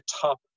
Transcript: top